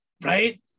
right